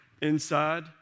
Inside